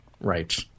right